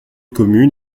communes